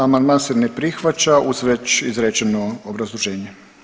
Amandman se ne prihvaća uz već izrečeno obrazloženje.